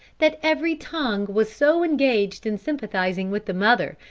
that every tongue was so engaged in sympathizing with the mother,